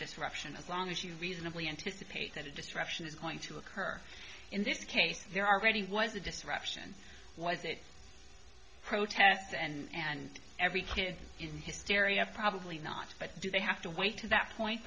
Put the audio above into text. disruption as long as you reasonably anticipate that the destruction is going to occur in this case there are already was a disruption was it protests and every kid in hysteria probably not but do they have to wait to that point